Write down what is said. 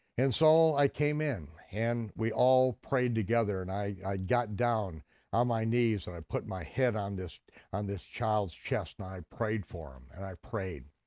and so i came in, and we all prayed together, and i got down on my knees and i put my head on this on this child's chest, and i prayed for him, and i prayed.